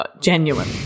genuine